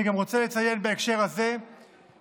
אני גם רוצה לציין בהקשר הזה שיש